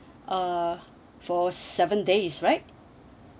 uh for seven days right